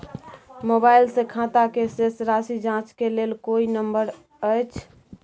Mobile से खाता के शेस राशि जाँच के लेल कोई नंबर अएछ?